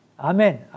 Amen